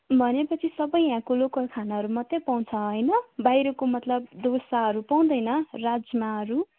भनेपछि सबै यहाँको लोकल खानाहरू मात्रै पाउँछ होइन बाहिरको मतलब डोसाहरू पाउँदैन राजमाहरू